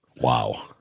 Wow